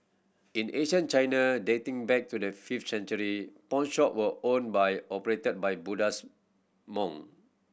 in ancient China dating back to the fifth century pawnshop were owned by operated by Buddhist monk